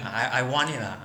I want it lah